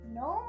no